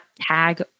tag